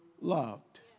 Loved